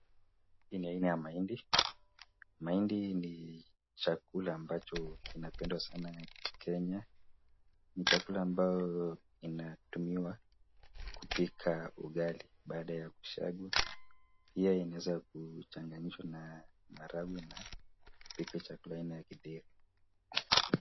Hii ni aina ya mahindi, mahindi ni chakula ambacho kinapendwa sana Kenya. Ni chakula ambayo inatumiwa kupika ugali baada ya kusiagwa , pia inaweza kuchanganyishwa na maharagwe na kupika chakula aina ya githeri.